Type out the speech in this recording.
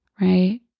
Right